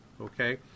okay